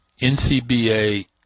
NCBA